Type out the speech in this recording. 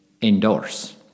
indoors